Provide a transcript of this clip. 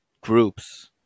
groups